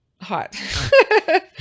Hot